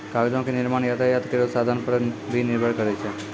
कागजो क निर्माण यातायात केरो साधन पर भी निर्भर करै छै